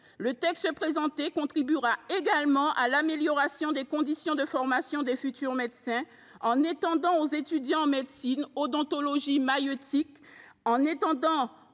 de loi contribuera également à l’amélioration des conditions de formation des futurs médecins, en étendant aux étudiants en médecine, odontologie, maïeutique et